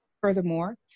Furthermore